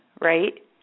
right